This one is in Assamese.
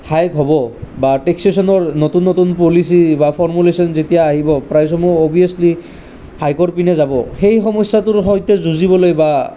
হাইক হ'ব বা টেক্সেশ্যনৰ নতুন নতুন পলিচি বা ফৰ্মুলেশ্যন যেতিয়া আহিব প্ৰাইজসমূহ অবভিয়াচলি হাইকৰ পিনে যাব সেই সমস্যাটোৰ সৈতে যুঁজিবলৈ বা